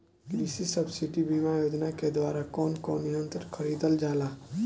कृषि सब्सिडी बीमा योजना के द्वारा कौन कौन यंत्र खरीदल जाला?